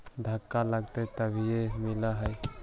धक्का लगतय तभीयो मिल है?